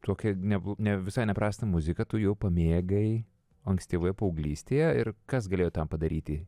tokią neblo visai neprastą muziką tu jau pamėgai ankstyvoje paauglystėje ir kas galėjo tam padaryti